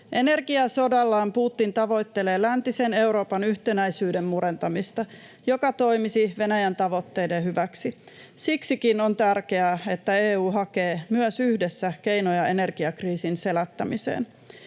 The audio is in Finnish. Energiasodallaan Putin tavoittelee läntisen Euroopan yhtenäisyyden murentamista, joka toimisi Venäjän tavoitteiden hyväksi. Siksikin on tärkeää, että EU hakee myös yhdessä keinoja energiakriisin selättämiseen.